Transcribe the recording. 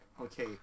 okay